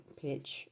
pitch